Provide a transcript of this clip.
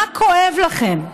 מה כואב לכם?